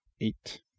eight